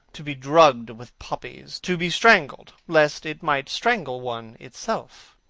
to be drugged with poppies, to be strangled lest it might strangle one itself.